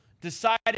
decided